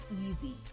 easy